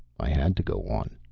i had to go on.